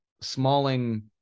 Smalling